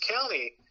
County